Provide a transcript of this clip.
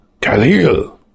Khalil